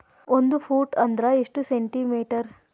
ಒಂದು ಫೂಟ್ ಅಂದ್ರ ಎಷ್ಟು ಸೆಂಟಿ ಮೇಟರ್?